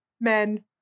men